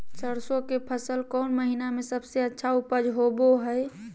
सरसों के फसल कौन महीना में सबसे अच्छा उपज होबो हय?